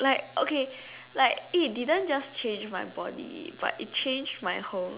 like okay like it didn't just change my body but it changed my whole